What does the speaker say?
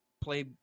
play